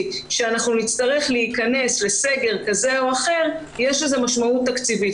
שאנחנו נצטרך להיכנס לסגר כזה או אחר יש לזה משמעות תקציבית.